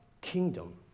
kingdom